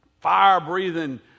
fire-breathing